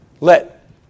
let